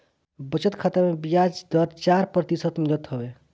बचत खाता में बियाज दर चार प्रतिशत मिलत हवे